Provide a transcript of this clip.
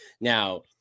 Now